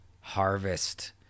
harvest